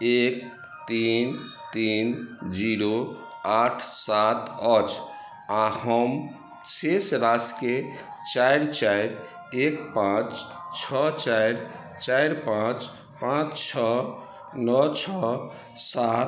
एक तीन तीन जीरो आठ सात अछि आ हम शेष राशि के चारि चारि एक पाँच छओ चारि चारि पाँच पाँच छओ नओ छओ सात